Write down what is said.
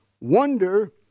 wonder